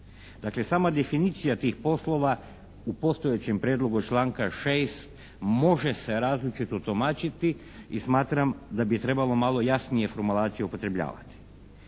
Dakle, sama definicija tih poslova u postojećem Prijedlogu članka 6. može se različito tumačiti i smatram da bi trebalo malo jasnije formulaciju upotrebljavati.